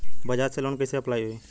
बज़ाज़ से लोन कइसे अप्लाई होई?